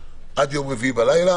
זוכר, אמרתי את זה גם שבוע שעבר.